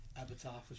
avatar